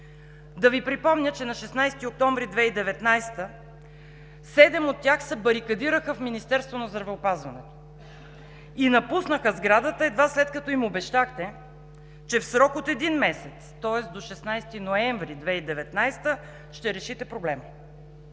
Да Ви припомня, че на 16 октомври 2019 г. седем от тях се барикадираха в Министерството на здравеопазването и напуснаха сградата едва след като им обещахте, че в срок от един месец, тоест до 16 ноември 2019 г., ще решите проблема.